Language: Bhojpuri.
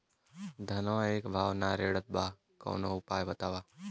धनवा एक भाव ना रेड़त बा कवनो उपाय बतावा?